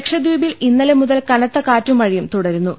ലക്ഷദ്വീപിൽ ഇന്നലെ മുതൽ കനത്ത കാറ്റും മഴയും തുടരു ന്നു